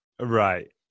right